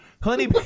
Honey